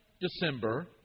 December